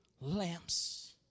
lamps